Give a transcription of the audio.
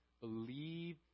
Believe